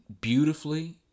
beautifully